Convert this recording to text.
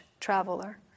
traveler